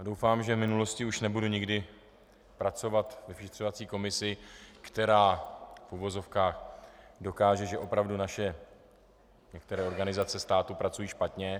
Doufám, že v minulosti už nebudu nikdy pracovat ve vyšetřovací komisi, která v uvozovkách dokáže, že opravdu naše některé organizace státu pracují špatně.